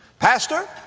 pastor,